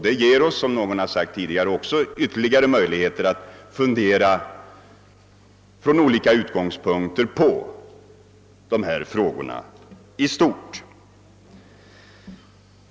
Det ger oss, som också någon framhållit tidigare, ytterligare möjligheter att från olika utgångspunkter studera dessa frågor i stort.